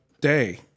day